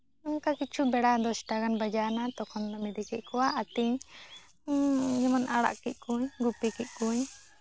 ᱚᱱᱠᱟ ᱠᱤᱪᱷᱩ ᱵᱮᱲᱟ ᱫᱚᱥᱴᱟ ᱜᱟᱱ ᱵᱟᱡᱟᱣᱱᱟ ᱛᱚᱠᱷᱚᱱ ᱵᱚᱱ ᱤᱫᱤ ᱠᱮᱫ ᱠᱚᱣᱟ ᱟᱹᱛᱤᱧ ᱡᱮᱢᱚᱱ ᱟᱲᱟᱜ ᱠᱮᱫ ᱠᱚᱣᱟᱹᱧ ᱜᱩᱯᱤ ᱠᱮᱫ ᱠᱚᱣᱟᱹᱧ